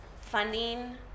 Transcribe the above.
funding